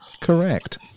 Correct